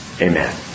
Amen